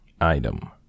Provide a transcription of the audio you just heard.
item